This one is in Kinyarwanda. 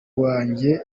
wanjye